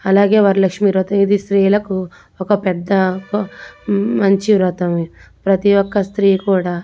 అలాగే వరలక్ష్మి వ్రతం ఇది స్త్రీలకు ఒక పెద్ద మంచి వ్రతం ప్రతి ఒక్క స్త్రీ కూడా